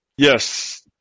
Yes